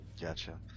gotcha